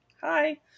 Hi